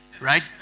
right